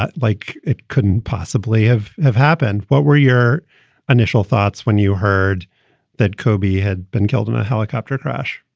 but like it couldn't possibly have have happened what were your initial thoughts when you heard that kobe had been killed in a helicopter crash?